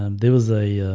um there was a